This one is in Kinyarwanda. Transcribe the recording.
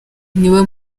niwe